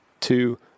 two